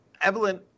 Evelyn